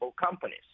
companies